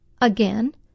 Again